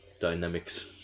dynamics